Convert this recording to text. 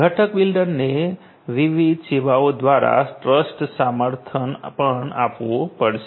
ઘટક બિલ્ડરને વિવિધ સેવાઓ માટે ટ્રસ્ટ સમર્થન પણ આપવું પડશે